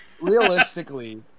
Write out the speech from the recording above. Realistically